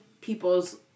people's